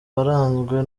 waranzwe